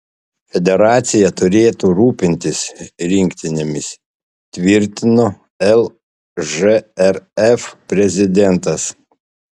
federacija turėtų rūpintis rinktinėmis tvirtino lžrf prezidentas